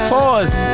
Pause